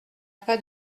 pas